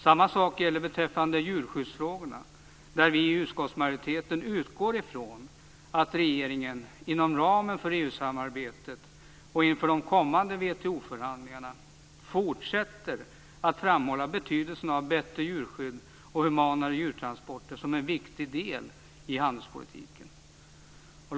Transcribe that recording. Samma sak gäller beträffande djurskyddsfrågorna, där vi i utskottsmajoriteten utgår från att regeringen inom ramen för EU-samarbetet och inför de kommande WTO-förhandlingarna fortsätter att framhålla betydelsen av bättre djurskydd och humanare djurtransporter som en viktig del i handelspolitiken.